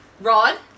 Rod